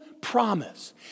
promise